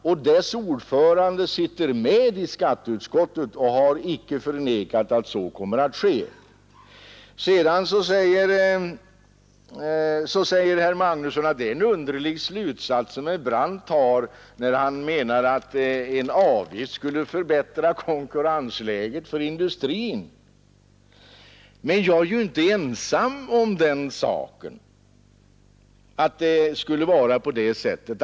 Beredningens ordförande sitter med i skatteutskottet, och han har icke förnekat att så kommer att ske. Herr Magnusson säger att det är en underlig slutsats som jag drar, när jag menar att en avgift skulle förbättra konkurrensläget för industrin. Men jag är inte ensam om uppfattningen att så skulle vara förhållandet.